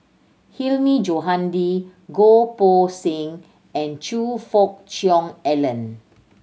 Hilmi Johandi Goh Poh Seng and Choe Fook Cheong Alan